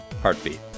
heartbeat